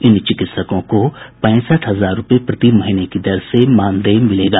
इन चिकित्सकों को पैंसठ हजार रूपये प्रति महीने की दर से मानदेय मिलेगा